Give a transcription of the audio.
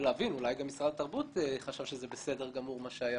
ולהבין אולי גם משרד התרבות חשב שזה בסדר גמור מה שהיה